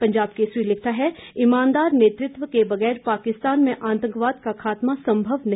पंजाब केसरी लिखता है ईमानदार नेतृत्व के बगैर पाकिस्तान में आतंकवाद का खात्मा संभव नहीं